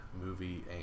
movie